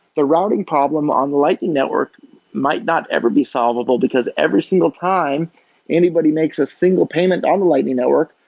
the routing problem on the lightning network might not ever be solvable, because every single time anybody makes a single payment on the lightning network,